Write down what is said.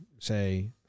Say